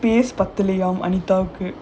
space பத்தலயா:pathalayaa anita கு:ku